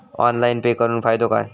Online pay करुन फायदो काय?